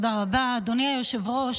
תודה רבה, אדוני היושב-ראש.